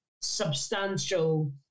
substantial